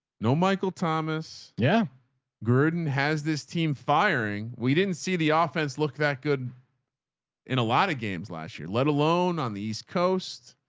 no, michael thomas yeah gerden has this team firing. we didn't see the offense. look that good in a lot of games last year, let alone on the east coast.